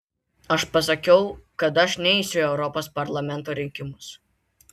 aš pasakiau kad aš neisiu į europos parlamento rinkimus